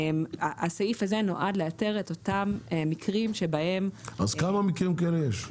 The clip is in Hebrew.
הסעיף הזה נועד לאתר את אותם מקרים שבהם --- אז כמה מקרים כאלה יש?